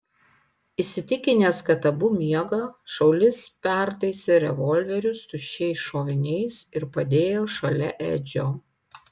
įsitikinęs kad abu miega šaulys pertaisė revolverius tuščiais šoviniais ir padėjo šalia edžio